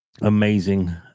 amazing